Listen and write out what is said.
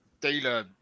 dealer